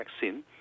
vaccine